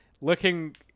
looking